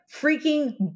freaking